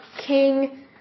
King